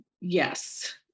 Yes